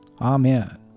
Amen